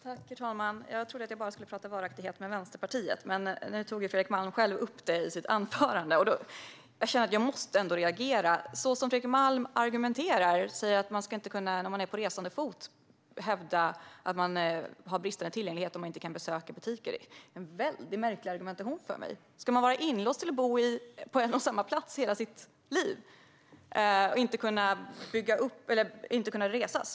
Herr talman! Jag trodde att jag skulle prata varaktighet bara med Vänsterpartiet, men nu tog Fredrik Malm själv upp detta i sitt anförande, och jag känner att jag måste reagera. Fredrik Malm säger att man inte ska kunna hävda att man har bristande tillgänglighet när man är på resande fot och inte kan besöka vissa butiker. Det är en väldigt märklig argumentation för mig. Ska man vara låst till att bo på en och samma plats hela sitt liv och inte kunna resa?